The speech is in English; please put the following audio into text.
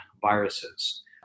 viruses